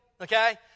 okay